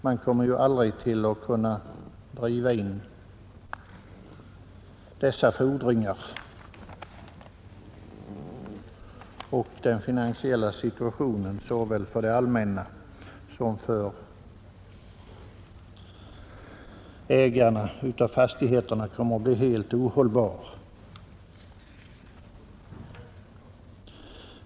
Man kommer aldrig att kunna driva in dessa fordringar, och den finansiella situationen såväl för det allmänna som för ägarna av fastigheterna kommer att bli helt ohållbar.